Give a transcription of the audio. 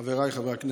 חבריי חברי הכנסת,